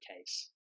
case